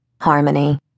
Harmony